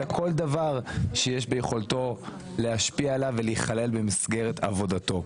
אלא כל דבר שיש ביכולתו להשפיע עליו ולהיכלל במסגרת עבודתו.